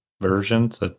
versions